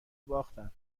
باختن